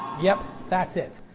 yep. that's it.